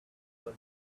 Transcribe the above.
who